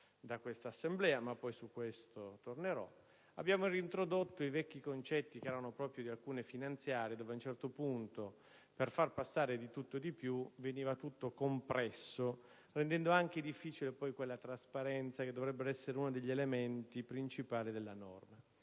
infatti reintrodotto vecchi concetti che erano propri di alcune leggi finanziarie, in cui ad un certo punto, per far passare di tutto e di più, veniva tutto compresso, rendendo difficile la trasparenza, che dovrebbe essere uno degli elementi principali della norma.